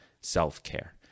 self-care